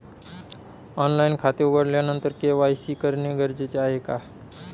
Online खाते उघडल्यानंतर KYC करणे गरजेचे आहे का?